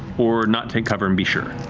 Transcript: or not take cover and be sure.